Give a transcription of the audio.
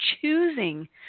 choosing